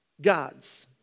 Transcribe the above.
God's